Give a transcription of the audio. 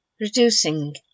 Reducing